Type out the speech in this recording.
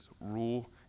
rule